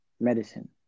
Medicine